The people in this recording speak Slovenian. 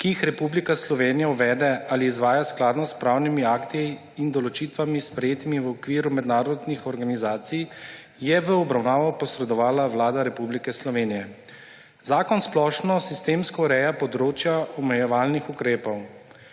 ki jih Republika Slovenija uvede ali izvaja skladno s pravnimi akti in določitvami, sprejetimi v okviru mednarodnih organizacij, je v obravnavo posredovala Vlada Republike Slovenije. Zakon splošno sistemsko ureja področja omejevalnih ukrepov.